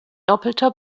doppelter